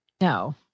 No